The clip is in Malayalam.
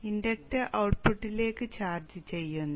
ഇൻഡക്ടർ ഔട്ട്പുട്ടിലേക്ക് ചാർജ് ചെയ്യുന്നു